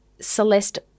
Celeste